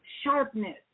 sharpness